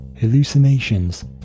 hallucinations